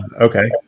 okay